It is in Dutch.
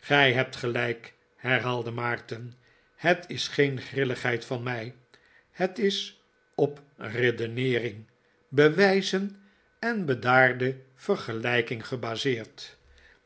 gij hebt gelijk herhaalde maarten het is goen grilligheid van mij het is op redeneering bewijzen en bedaarde vergelijking gebaseerd